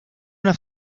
una